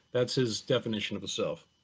that's his defense of a self.